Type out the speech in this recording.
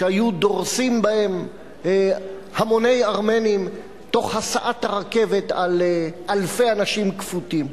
שהיו דורסים בהם המוני ארמנים תוך הסעת הרכבת על אלפי אנשים כפותים.